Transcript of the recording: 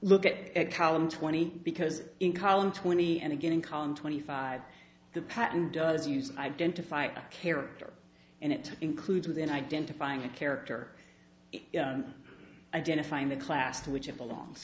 look at column twenty because in column twenty and again in column twenty five the patent does use identify a character and it includes within identifying a character identifying the class to which it belongs